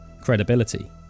credibility